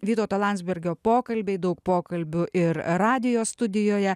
vytauto landsbergio pokalbiai daug pokalbių ir radijo studijoje